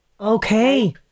Okay